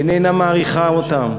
איננה מעריכה אותם,